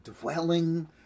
dwelling